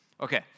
Okay